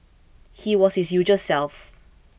he was his usual self